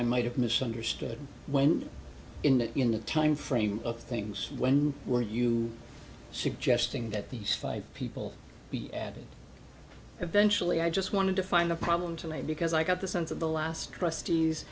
i might have misunderstood when in that in the time frame of things when were you suggesting that these five people be added eventually i just wanted to find a problem tonight because i got the sense of the last trustees